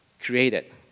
created